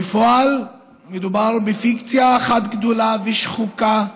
בפועל מדובר בפיקציה אחת גדולה ושחוקה,